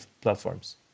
platforms